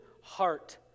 heart